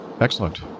Excellent